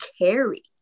carry